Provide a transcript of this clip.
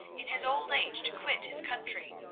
in his old age, to quit his country.